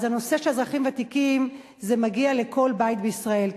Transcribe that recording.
אז הנושא של אזרחים ותיקים מגיע לכל בית בישראל,